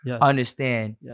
understand